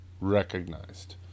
recognized